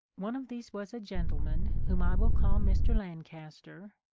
one of these was a gentleman whom i will call mr. lancaster,